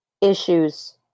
issues